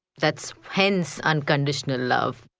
that's hence unconditional love.